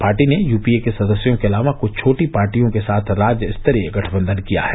party ने UPA के सदस्यों के अलावा कुछ छोटी पार्टियों के साथ राज्य स्तरीय गठबंधन किया है